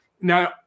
Now